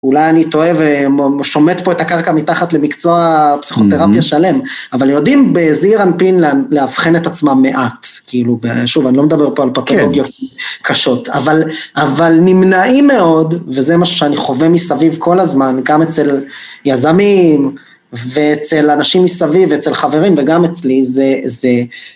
אולי אני טועה ושומט פה את הקרקע מתחת למקצוע פסיכותרפיה שלם, אבל יודעים בזעיר אנפין לאבחן את עצמם מעט, כאילו, שוב, אני לא מדבר פה על פתולוגיות קשות, אבל נמנעים מאוד, וזה מה שאני חווה מסביב כל הזמן, גם אצל יזמים, ואצל אנשים מסביב, אצל חברים וגם אצלי, זה...